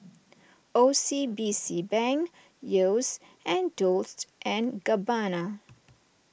O C B C Bank Yeo's and Dolce and Gabbana